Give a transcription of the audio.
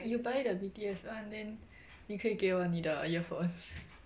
you buy the B_T_S one then 你可以给我你的 earphones